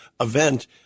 event